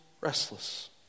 restless